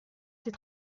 ses